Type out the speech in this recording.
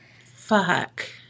Fuck